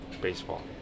baseball